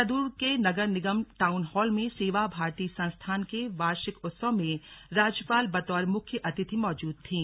देहरादून के नगर निगम टाउन हॉल में सेवा भारती संस्थान के वार्षिक उत्सव में राज्यपाल बतौर मुख्य अतिथि मौजूद थीं